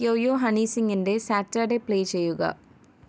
yo-yo Honey സിംഗിന്റെ Saturday play ചെയ്യുക